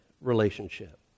relationship